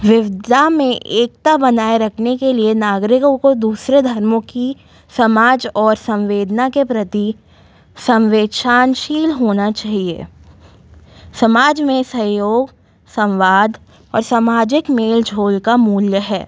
विपदा में एकता बनाए रखने के लिए नागरिकों को दूसरे धर्मों की समाज और सम्वेदना के प्रति संवीक्षांशील होना चाहिए समाज में सहयोग संवाद और समाजिक मेल जोल का मूल्य है